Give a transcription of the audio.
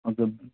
हजुर